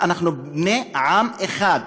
אנחנו בני עם אחד.